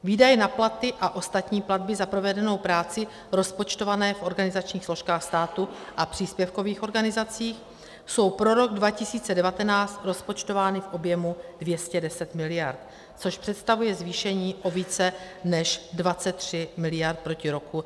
Výdaje na platy a ostatní platby za provedenou práci rozpočtované v organizačních složkách státu a příspěvkových organizacích jsou pro rok 2019 rozpočtovány v objemu 210 mld., což představuje zvýšení o více než 23 mld. proti roku 2018.